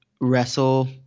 wrestle